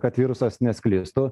kad virusas nesklistų